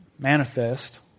manifest